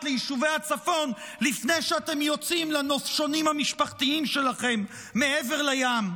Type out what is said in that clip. ליישובי הצפון לפני שאתם יוצאים לנופשונים המשפחתיים שלכם מעבר לים.